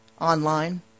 online